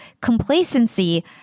Complacency